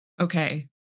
okay